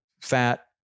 fat